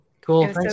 Cool